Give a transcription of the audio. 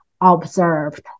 observed